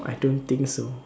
I don't think so